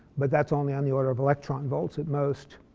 but that's only on the order of electron volts at most.